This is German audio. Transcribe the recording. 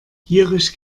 gierig